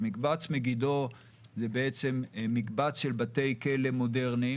מקבץ מגידו זה מקבץ של בתי כלא מודרניים